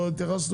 נושאים